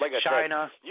China